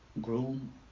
groom